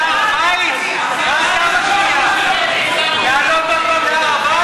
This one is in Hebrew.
מה אתה מציע, לעלות עוד הפעם להר-הבית?